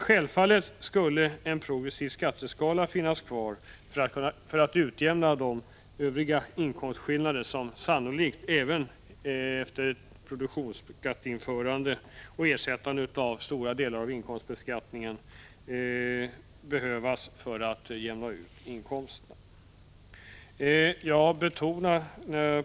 Självfallet skulle en progressiv skatteskala finnas kvar för att utjämna de övriga inkomstskillnader som sannolikt även efter ett produktionsskatteinförande och ersättande av stora delar av inkomstbeskattningen skulle behövas för att jämna ut inkomsterna.